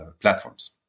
platforms